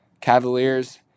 Cavaliers